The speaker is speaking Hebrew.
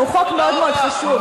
שהוא חוק מאוד חשוב.